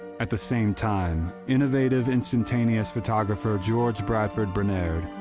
at the same time, innovative instantaneous photographer george bradford brainerd,